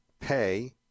pay